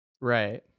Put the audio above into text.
Right